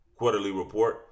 quarterlyreport